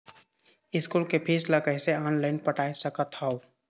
School के fees ला कैसे ऑनलाइन पटाए सकत हव?